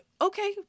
Okay